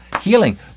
healing